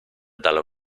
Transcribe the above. dalla